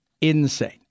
Insane